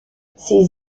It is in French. ses